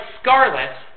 scarlet